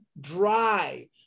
dry